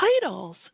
titles